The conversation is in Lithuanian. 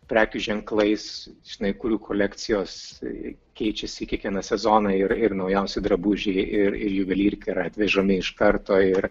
prekių ženklais žinai kurių kolekcijos keičiasi kiekvieną sezoną ir ir naujausi drabužiai ir ir juvelyrika yra atvežami iš karto ir